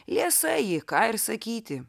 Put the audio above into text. liesa ji ką ir sakyti